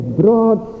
broad